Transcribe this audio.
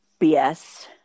BS